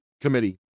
committee